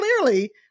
clearly